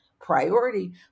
priority